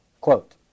Quote